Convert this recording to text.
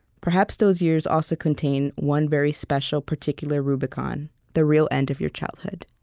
perhaps those years also contain one very special, particular rubicon the real end of your childhood.